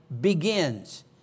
begins